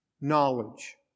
Knowledge